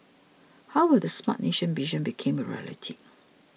how will the Smart Nation vision become a reality